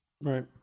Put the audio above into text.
Right